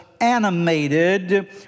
animated